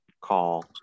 call